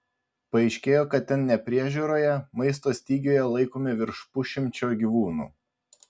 paaiškėjo kad ten nepriežiūroje maisto stygiuje laikomi virš pusšimčio gyvūnų